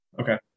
Okay